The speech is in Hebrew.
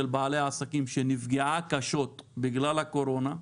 בעלי עסקים שנפגעה קשות בגלל הקורונה,